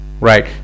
right